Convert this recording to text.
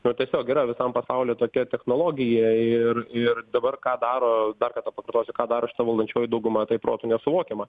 nu tiesiog yra visam pasauly tokia technologija ir ir dabar ką daro dar kartą pakartosiu ką daro šita valdančioji dauguma tai protu nesuvokiama